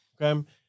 Okay